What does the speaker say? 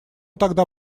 тогда